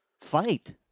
fight